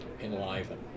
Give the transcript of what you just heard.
enliven